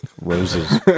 roses